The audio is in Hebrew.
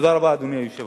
תודה רבה, אדוני היושב-ראש.